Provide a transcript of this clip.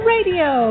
Radio